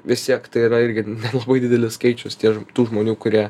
vis tiek tai yra irgi nelabai didelis skaičius tie tų žmonių kurie